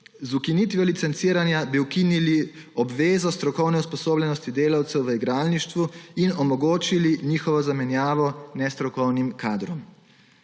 Z ukinitvijo licenciranja bi ukinili obvezo strokovne usposobljenosti delavcev v igralništvu in omogočili njihovo zamenjavo z nestrokovnim kadrom.